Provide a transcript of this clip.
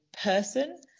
person